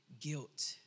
guilt